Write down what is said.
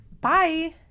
Bye